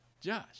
josh